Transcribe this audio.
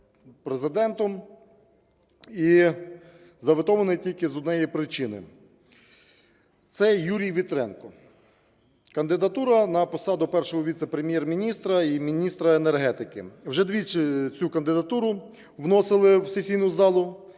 Президентом і заветований тільки з однієї причини – це Юрій Вітренко – кандидатура на посаду першого віце-прем'єр-міністра і міністра енергетики. Вже двічі цю кандидатуру вносили в сесійну залу,